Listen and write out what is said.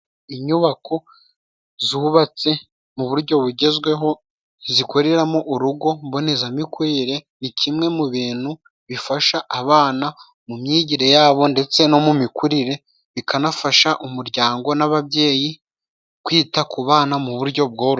Inyubako zubatse mu buryo bugezweho zikoreramo urugo mbonezamikurire, ni kimwe mu bintu bifasha abana mu myigire yabo ndetse no mu mikurire, bikanafasha umuryango n'ababyeyi kwita ku bana mu buryo bwororoshye.